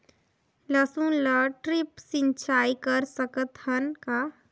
लसुन ल ड्रिप सिंचाई कर सकत हन का?